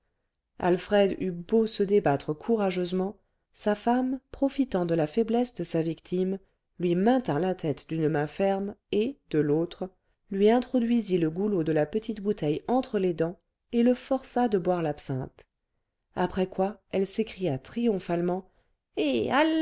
alfred eut beau se débattre courageusement sa femme profitant de la faiblesse de sa victime lui maintint la tête d'une main ferme et de l'autre lui introduisit le goulot de la petite bouteille entre les dents et le força de boire l'absinthe après quoi elle s'écria triomphalement et